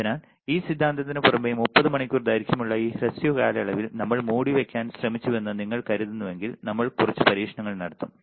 അതിനാൽ ഈ സിദ്ധാന്തത്തിന് പുറമെ 30 മണിക്കൂർ ദൈർഘ്യമുള്ള ഈ ഹ്രസ്വ കാലയളവിൽ നമ്മൾ മൂടിവയ്ക്കാൻ ശ്രമിച്ചുവെന്ന് നിങ്ങൾ കരുതുന്നുവെങ്കിൽ നമ്മൾ കുറച്ച് പരീക്ഷണങ്ങൾ നടത്തും